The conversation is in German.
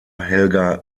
helga